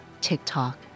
TikTok